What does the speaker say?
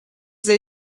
they